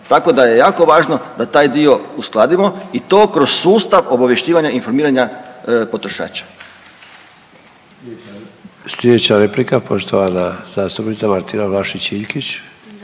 Tako da je jako važno da taj dio uskladimo i to kroz sustav obavještavanja informiranja potrošača.